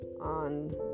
on